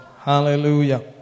hallelujah